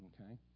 Okay